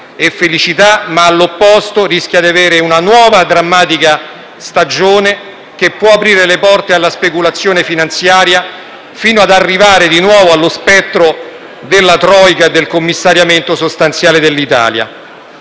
e felicità, ma, all'opposto, rischia di aprire una nuova drammatica stagione, che può aprire le porte alla speculazione finanziaria, fino ad arrivare di nuovo allo spettro della *troika* e del commissariamento sostanziale dell'Italia.